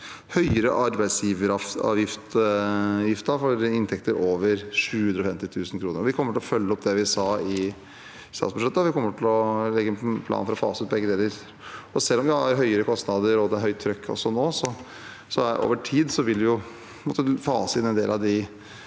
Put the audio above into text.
høyere arbeidsgiveravgiften for inntekter over 750 000 kr. Vi kommer til å følge opp det vi sa i statsbudsjettet, og vi kommer til å legge en plan for å fase ut begge deler. Selv om vi har høyere kostnader og det er høyt trykk også nå, vil vi vi over tid måtte fase inn en del av de